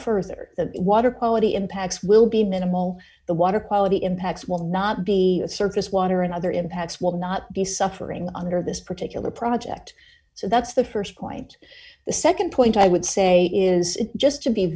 further the water quality impacts will be minimal the water quality impacts will not be surface water and other impacts will not be suffering under this particular project so that's the st point the nd point i would say is just to be